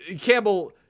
Campbell